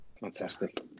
Fantastic